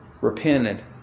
repented